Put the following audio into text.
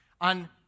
On